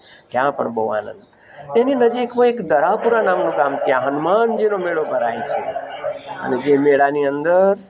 ત્યાં પણ બહુ આનંદ એની નજીકમાં એક દરાપુરા નામનું એક ગામ ત્યાં હનુમાનજીનો મેળો ભરાય છે અને જે મેળાની અંદર